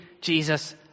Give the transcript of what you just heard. Jesus